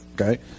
okay